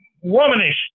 womanish